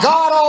God